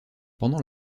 pendant